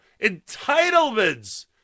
entitlements